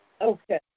okay